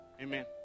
Amen